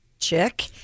chick